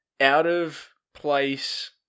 out-of-place